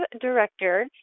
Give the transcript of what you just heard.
Director